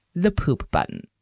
the poop button.